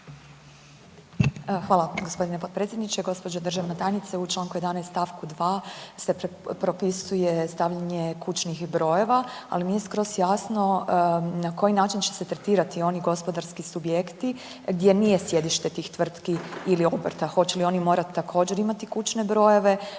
Hvala g. potpredsjedniče, gđo. državna tajnice, u čl. 11 st. 2 se propisuje stavljanje kućnih brojeva, ali nije skroz jasno na koji način će se tretirati oni gospodarski subjekti gdje nije sjedište tih tvrtki ili obrta, hoće li oni morati, također, imati kućne brojeve,